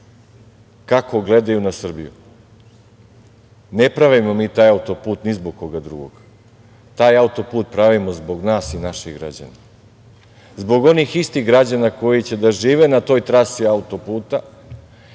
kako gledaju na Srbiju. Ne pravimo mi taj auto-put ni zbog koda drugog, taj auto-put pravimo zbog nas i naših građana. Zbog onih istih građana koji će da žive na toj trasi auto-puta,